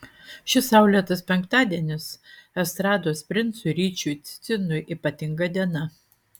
šis saulėtas penktadienis estrados princui ryčiui cicinui ypatinga diena